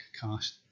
cast